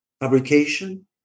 fabrication